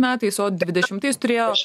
metais o dvidešimtais turėjo